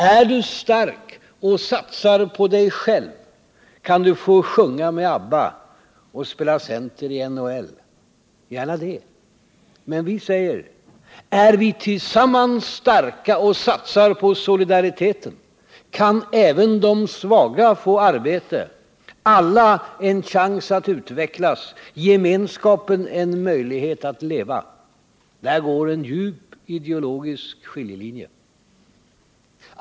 Är du stark och satsar på dig själv kan du få sjunga med ABBA och spela center i NHL. Och gärna det. Men vi säger: Är vi tillsammans starka och satsar på solidariteten kan även de svaga få arbete, alla en chans att utvecklas, gemenskapen en möjlighet att leva. Där går en djup ideologisk skiljelinje.